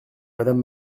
madame